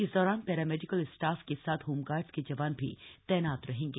इस दौरान paramedical staff के साथ होमगाईस के जवान भी तैनात रहेंगे